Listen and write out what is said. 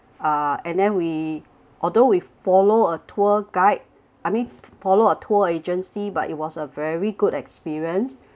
uh and then we although we follow a tour guide I mean follow a tour agency but it was a very good experience